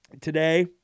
today